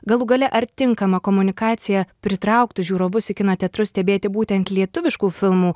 galų gale ar tinkama komunikacija pritrauktų žiūrovus į kino teatrus stebėti būtent lietuviškų filmų